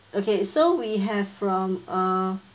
okay so we have from uh